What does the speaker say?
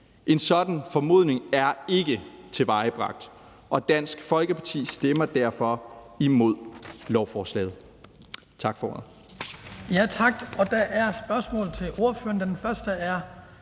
En sådan formodning er ikke tilvejebragt, og Dansk Folkeparti stemmer derfor imod lovforslaget.